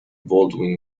baldwin